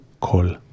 call